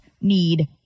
need